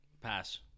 Pass